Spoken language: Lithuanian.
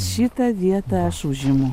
šitą vietą aš užimu